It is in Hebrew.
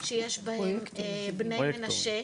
שיש בהן בני מנשה.